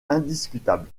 indiscutable